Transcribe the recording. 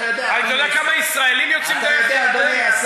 אתה יודע כמה ישראלים יוצאים דרך ירדן?